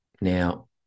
Now